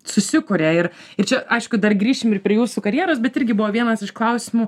susikuria ir ir čia aišku dar grįšim ir prie jūsų karjeros bet irgi buvo vienas iš klausimų